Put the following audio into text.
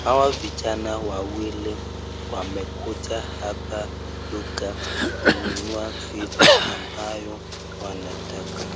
hawa vijana wawili wamekuja hapa duka kununua vitu ambayo wanataka.